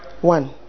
One